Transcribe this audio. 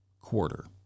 quarter